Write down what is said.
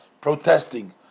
protesting